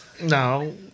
No